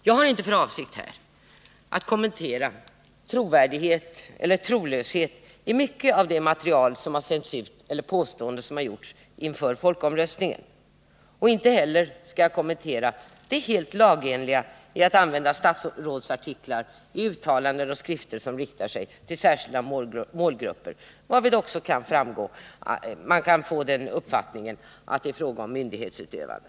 Jag har inte här för avsikt att kommentera trovärdighet eller trolöshet i det material som har sänts ut — eller de påståenden som har gjorts — inför folkomröstningen. Jag skall inte heller kommentera det helt lagenliga i att använda statsrådsartiklar i uttalanden och skrifter som riktar sig till särskilda målgrupper, varvid man också kan få den uppfattningen att det är fråga om myndighetsutövande.